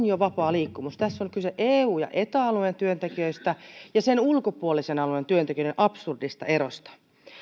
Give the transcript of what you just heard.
jo vapaa liikkuvuus tässä on kyse eu ja eta alueen työntekijöistä ja sen ulkopuolisen alueen työntekijöiden absurdista erosta